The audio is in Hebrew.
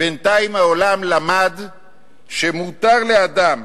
בינתיים העולם למד שמותר לאדם